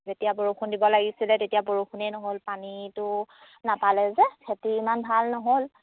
যেতিয়া বৰষুণ দিব লাগিছিলে তেতিয়া বৰষুণেই নহ'ল পানীটো নাপালে যে খেতি ইমান ভাল নহ'ল